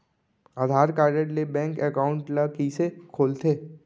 आधार card ले bank account ल कइसे खोलथे?